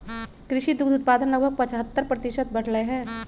कृषि दुग्ध उत्पादन लगभग पचहत्तर प्रतिशत बढ़ लय है